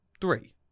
Three